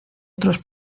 otros